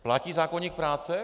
Platí zákoník práce?